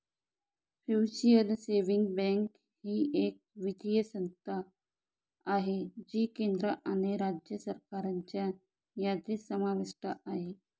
mutual savings bank ही एक वित्तीय संस्था आहे जी केंद्र आणि राज्य सरकारच्या यादीत समाविष्ट आहे